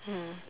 mm